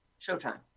Showtime